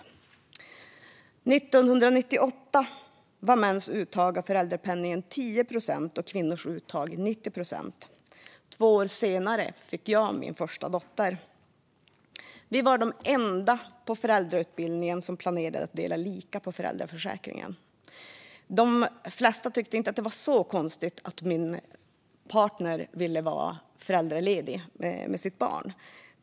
År 1998 var mäns uttag av föräldrapenningen 10 procent och kvinnors uttag 90 procent. Två år senare fick jag min första dotter. Vi var de enda på föräldrautbildningen som planerade att dela lika på föräldraförsäkringen. De flesta tyckte inte att det var så konstigt att min partner ville vara föräldraledig med sitt barn.